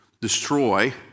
destroy